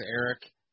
Eric